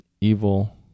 evil